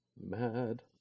Mad